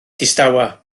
distawa